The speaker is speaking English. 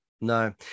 No